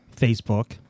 Facebook